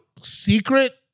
secret